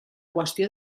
qüestió